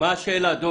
זה מה שהם עושים אגב